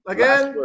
Again